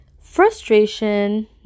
frustration